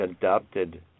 adopted